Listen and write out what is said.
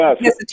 Yes